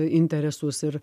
interesus ir